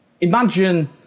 imagine